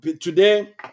Today